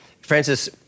Francis